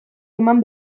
eman